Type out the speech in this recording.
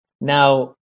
Now